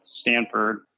Stanford